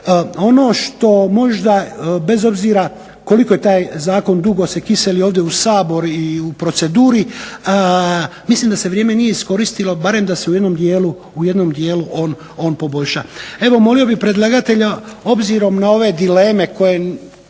Ono što možda bez obzira koliko je taj zakon dugo se kiseli ovdje u Sabor i u proceduri, mislim da se vrijeme nije iskoristilo barem da se u jednom dijelu on poboljša. Evo molio bih predlagatelja, obzirom na ove dileme koje